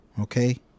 Okay